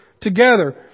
together